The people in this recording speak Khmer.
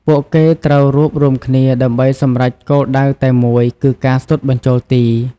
ពួកគេត្រូវរួបរួមគ្នាដើម្បីសម្រេចគោលដៅតែមួយគឺការស៊ុតបញ្ចូលទី។